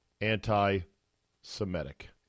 anti-Semitic